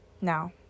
now